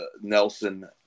Nelson